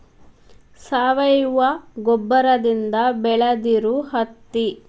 ಸಾವಯುವ ಗೊಬ್ಬರದಿಂದ ಬೆಳದಿರು ಹತ್ತಿ